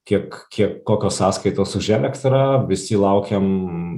kiek kiek kokios sąskaitos už elektrą visi laukiam